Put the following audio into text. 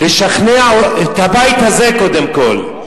אדוני היושב-ראש,